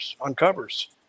uncovers